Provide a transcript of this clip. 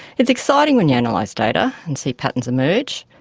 it's exciting when you analyse data and see patterns emerge,